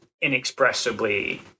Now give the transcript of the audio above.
inexpressibly